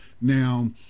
Now